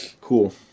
Cool